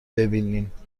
ببینینبازم